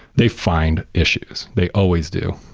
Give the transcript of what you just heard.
they find issues. they always do.